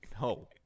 No